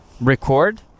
record